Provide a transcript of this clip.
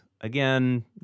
again